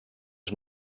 els